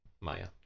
Maya